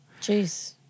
Jeez